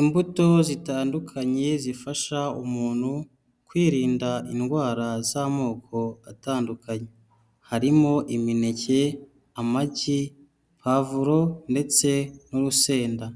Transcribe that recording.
Imbuto zitandukanye, zifasha umuntu kwirinda indwara z'amoko atandukanye, harimo imineke, amagi, pavuro ndetse n'urusenda,